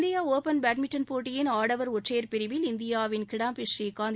India open badminton போட்டியின்ஆடவர் ஒற்றையர் பிரிவில் இந்தியாவின் கிடாம்பி புரீகாந்த்